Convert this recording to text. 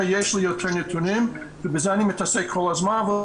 יש לי יותר נתונים ובזה אני מתעסק כל הזמן,